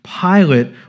Pilate